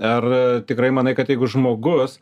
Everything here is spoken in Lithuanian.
ar tikrai manai kad jeigu žmogus